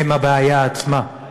הם הבעיה עצמה,